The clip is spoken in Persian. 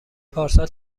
پارسال